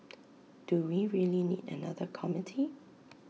do we really need another committee